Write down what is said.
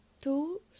two